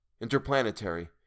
interplanetary